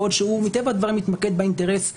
בעוד שהוא מטבע הדברים מתמקד באינטרס שלו,